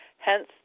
Hence